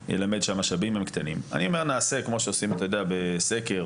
נעשה כמו שעושים בסקר או על פי סטטיסטיקה.